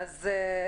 אני מבקשת לדבר.